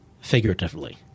figuratively